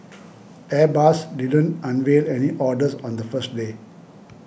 airbus didn't unveil any orders on the first day